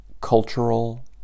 cultural